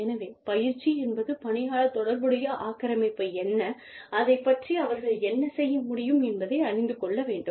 எனவே பயிற்சி என்பது பணியாளர் தொடர்புடைய ஆக்கிரமிப்பு என்ன அதைப் பற்றி அவர்கள் என்ன செய்ய முடியும் என்பதை அறிந்து கொள்ள வேண்டும்